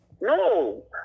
No